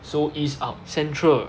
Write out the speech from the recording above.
so east out central